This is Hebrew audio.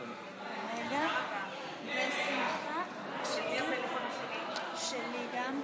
מבין שאני עובד